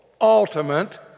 ultimate